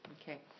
Okay